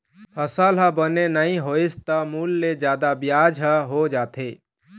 फसल ह बने नइ होइस त मूल ले जादा बियाज ह हो जाथे